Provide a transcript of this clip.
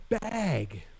Bag